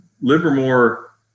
Livermore